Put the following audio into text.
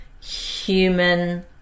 human